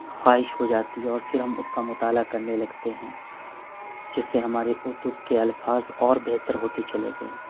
خواہش ہو جاتی ہے اور پھر ہم اس کا مطالعہ کرنے لگتے ہیں جس سے ہماری اردو کے الفاظ اور بہتر ہوتے چلے گئے